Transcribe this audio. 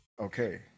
Okay